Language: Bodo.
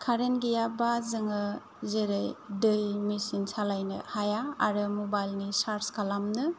कारेन्ट गैयाब्ला जोङो जेरै दै मेचिन सालायनो हाया आरो मबाइल नि चार्ज खालामनो